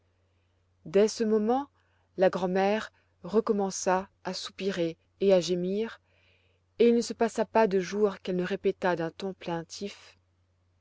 dès ce moment la grand'mère recommença à soupirer et à gémir et il ne se passa pas de jour qu'elle ne répétât d'un ton